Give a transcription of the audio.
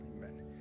amen